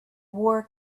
war